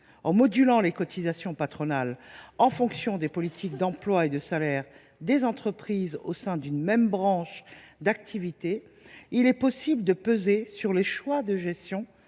évoluer les cotisations patronales en fonction des politiques d’emploi et de salaire menées par les entreprises au sein d’une même branche d’activité, il devient possible de peser sur leurs choix de gestion.